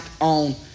on